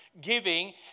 giving